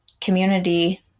community